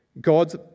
God's